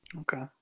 Okay